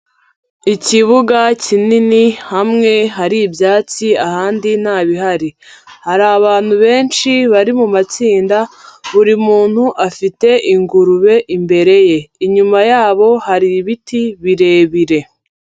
Ikibuga kinini, hamwe hari ibyatsi ahandi nta bihari, hari abantu benshi bari mu matsinda, buri muntu afite ingurube imbere ye, inyuma yabo hari ibiti birebire.